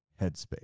headspace